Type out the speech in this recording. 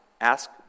Ask